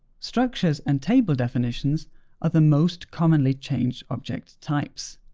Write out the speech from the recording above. structures and table definitions are the most commonly changed object types.